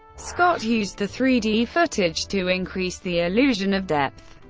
scott used the three d footage to increase the illusion of depth.